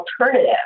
alternative